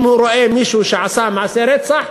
אם הוא רואה מישהו שעשה מעשה רצח,